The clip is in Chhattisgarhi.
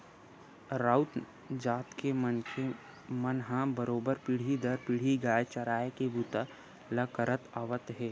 राउत जात के मनखे मन ह बरोबर पीढ़ी दर पीढ़ी गाय चराए के बूता ल करत आवत हे